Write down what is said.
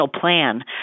plan